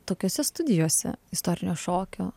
tokiose studijose istorinio šokio